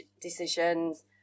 decisions